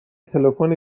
تلفن